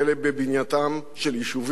בבנייתם של יישובים,